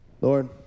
Lord